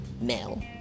male